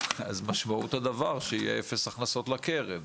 אז משמעות הדבר שיהיו אפס הכנסות לקרן.